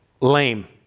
lame